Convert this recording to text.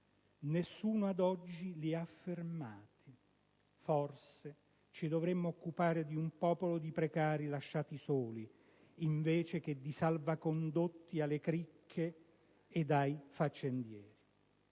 Nessuno ad oggi li ha fermati». Forse ci dovremmo occupare di un popolo di precari lasciati soli, invece che di salvacondotti alle cricche ed ai faccendieri!